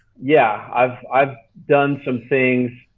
yeah, i've i've done some things